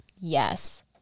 Yes